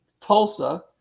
Tulsa